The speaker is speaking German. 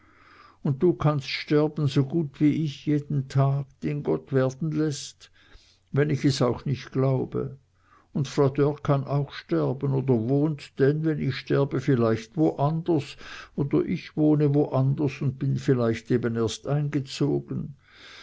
un du kannst sterben so gut wie ich jeden tag den gott werden läßt wenn ich es auch nich glaube un frau dörr kann auch sterben oder wohnt denn wenn ich sterbe vielleicht woanders oder ich wohne woanders un bin vielleicht eben erst eingezogen